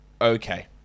Okay